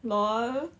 LOL